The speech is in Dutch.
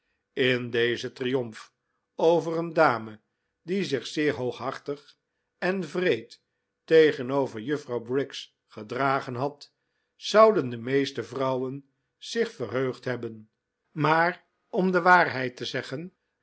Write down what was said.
in dezen triomf over een dame die zich zeer hooghartig en wreed tegenover juffrouw briggs gedragen had zouden de meeste vrouwen zich verheugd hebben maar om de waarheid te zeggen